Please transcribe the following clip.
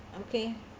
okay